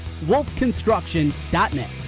wolfconstruction.net